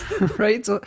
Right